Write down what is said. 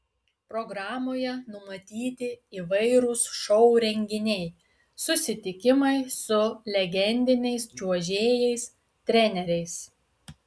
programoje numatyti įvairūs šou renginiai susitikimai su legendiniais čiuožėjais treneriais